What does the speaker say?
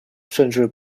甚至